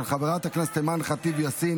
של חברת הכנסת אימאן ח'טיב יאסין,